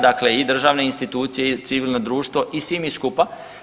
Dakle, i državne institucije i civilno društvo i svi mi skupa.